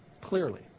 clearly